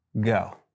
go